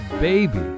Baby